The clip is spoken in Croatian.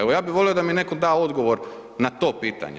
Evo ja bi volio da mi neko da odgovor na to pitanje.